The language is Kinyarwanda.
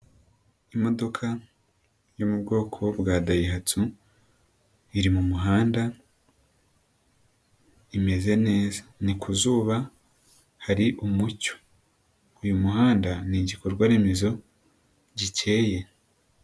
Imodoka yo mu bwoko bwa dayihatsu iri mu muhanda imeze neza, ni ku zuba hari umucyo uyu muhanda ni igikorwa remezo gikeye.